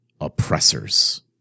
oppressors